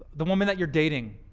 the woman that you're dating,